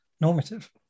normative